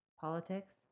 politics